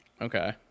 Okay